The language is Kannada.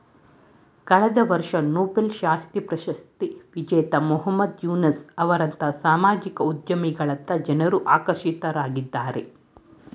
ಕಳೆದ ವರ್ಷ ನೊಬೆಲ್ ಶಾಂತಿ ಪ್ರಶಸ್ತಿ ವಿಜೇತ ಮಹಮ್ಮದ್ ಯೂನಸ್ ಅವರಂತಹ ಸಾಮಾಜಿಕ ಉದ್ಯಮಿಗಳತ್ತ ಜನ್ರು ಆಕರ್ಷಿತರಾಗಿದ್ದಾರೆ